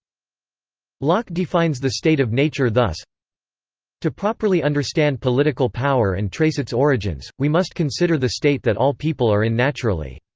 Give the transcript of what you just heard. locke defines the state of nature thus to properly understand political power and trace its origins, we must consider the state that all people are in naturally.